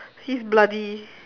he's bloody